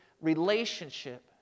relationship